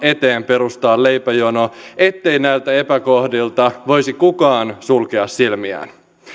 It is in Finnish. eteen perustaa leipäjono ettei näiltä epäkohdilta voisi kukaan sulkea silmiään